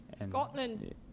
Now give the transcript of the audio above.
Scotland